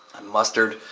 and mustard.